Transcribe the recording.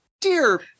dear